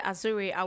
Azuri